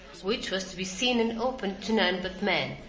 which was to be seen and opened to none but men,